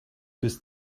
bis